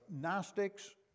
Gnostics